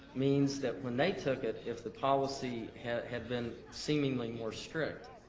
means that, when they took it, if the policy had had been seemingly more strict,